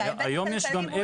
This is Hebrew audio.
היום יש גם אפס.